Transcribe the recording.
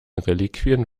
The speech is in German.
reliquien